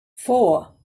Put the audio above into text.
four